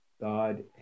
God